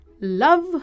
Love